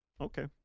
okay